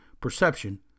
perception